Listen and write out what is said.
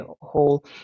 whole